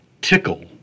tickle